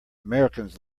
americans